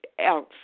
else